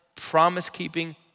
promise-keeping